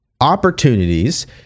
opportunities